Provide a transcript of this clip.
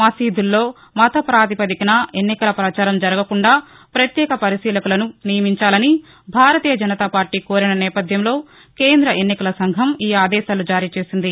మసీదుల్లో మత ప్రాతిపదికన ఎన్నికల ప్రచారం జరగకుండా ప్రత్యేక పరిశీలకులను నియమించాలని భారతీయ జనతా పార్టీ కోరిన నేపథ్యంలో కేంద్ర ఎన్నికల సంఘం ఈ ఆదేశాలు జారీ చేసింది